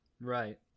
Right